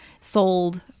sold